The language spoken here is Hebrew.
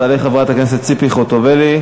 תעלה חברת הכנסת ציפי חוטובלי,